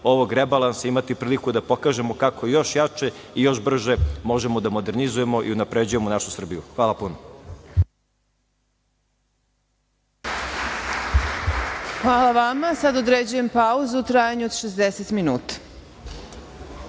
ovog rebalansa imati priliku da pokažemo kako još jače i još brže možemo da modernizujemo i unapređujemo našu Srbiju. Hvala puno. **Marina Raguš** Hvala vama. Sada određujem pauzu u trajanju od 60